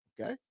okay